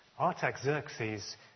Artaxerxes